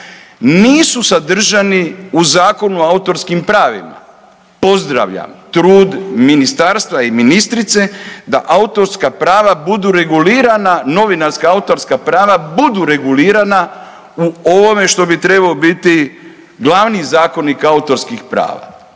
nisu sadržani u Zakonu o autorskim pravima. Pozdravljam trud ministarstva i ministrice da autorska prava budu regulirana, novinarska autorska prava budu regulirana u ovome što bi trebalo biti glavni zakonik autorskih prava,